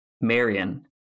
Marion